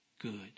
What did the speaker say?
good